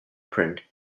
print